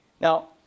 Now